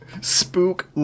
Spook